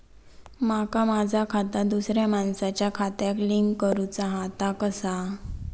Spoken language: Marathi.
माका माझा खाता दुसऱ्या मानसाच्या खात्याक लिंक करूचा हा ता कसा?